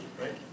right